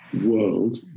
world